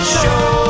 show